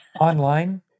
online